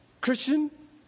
Christian